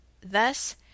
thus